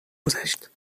گذشت